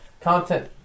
Content